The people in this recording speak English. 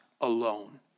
alone